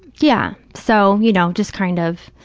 yeah. so, you know, just kind of